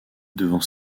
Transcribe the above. devant